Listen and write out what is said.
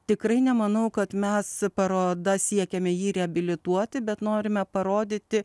tikrai nemanau kad mes paroda siekiame jį reabilituoti bet norime parodyti